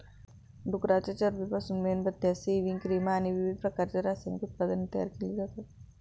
डुकराच्या चरबीपासून मेणबत्त्या, सेव्हिंग क्रीम आणि विविध रासायनिक उत्पादने तयार केली जातात